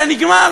אתה נגרר